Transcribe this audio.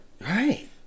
Right